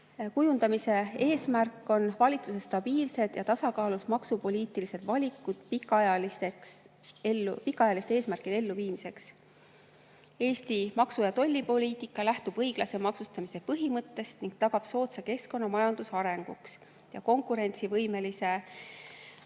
kujundamise eesmärgina kirjas valitsuse stabiilsed ja tasakaalus maksupoliitilised valikud pikaajaliste eesmärkide elluviimiseks. Eesti maksu‑ ja tollipoliitika lähtub õiglase maksustamise põhimõttest ning tagab soodsa keskkonna majanduse arenguks ja konkurentsivõimelise